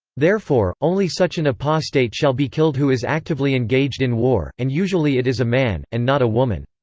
therefore, only such an apostate shall be killed who is actively engaged in war and usually it is a man, and not a woman.